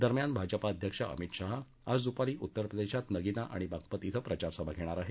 दरम्यान भाजपा अध्यक्ष अमित शाह आज दुपारी उत्तरप्रदेशात नगिना आणि बाघपत क्षे प्रचारसभा घेणार आहेत